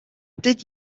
did